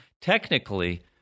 Technically